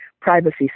privacy